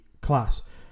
class